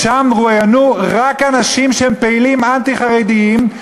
ששם רואיינו רק אנשים שהם פעילים אנטי-חרדים,